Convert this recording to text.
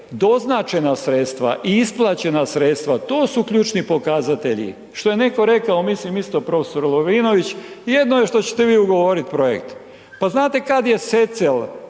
doznačena sredstva i isplaćena sredstva, to su ključni pokazatelji. Što je netko rekao, mislim isto prof. Lovrinović, jedno je što ćete vi ugovoriti projekt, pa znate kad je SEECEL,